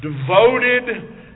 devoted